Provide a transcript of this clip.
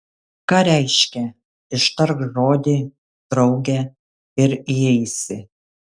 ką reiškia ištark žodį drauge ir įeisi